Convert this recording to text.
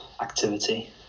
activity